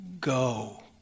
go